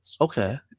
Okay